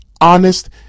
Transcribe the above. honest